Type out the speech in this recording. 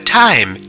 time